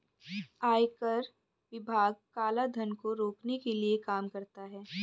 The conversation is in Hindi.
आयकर विभाग काला धन को रोकने के लिए काम करता है